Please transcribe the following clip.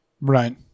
Right